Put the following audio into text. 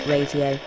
Radio